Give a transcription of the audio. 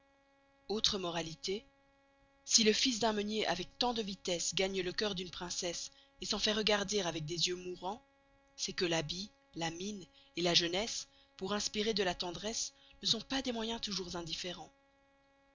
autre moralité si le fils d'un meûnier avec tant de vitesse gagne le cœur d'une princesse et s'en fait regarder avec des yeux mourans c'est que l'habit la mine et la jeunesse pour inspirer de la tendresse n'en sont pas des moyens toûjours indifferens